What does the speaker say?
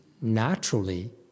naturally